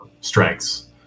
strengths